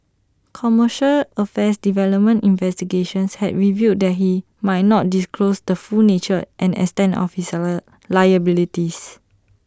commercial affairs development investigations had revealed that he might not disclosed the full nature and extent of his salad liabilities